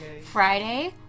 Friday